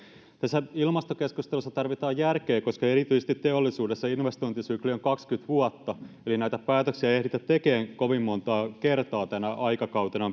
tässä ilmastokeskustelussa tarvitaan järkeä koska erityisesti teollisuudessa investointisykli on kaksikymmentä vuotta eli näitä päätöksiä ei ehditä tekemään kovin montaa kertaa tänä aikakautena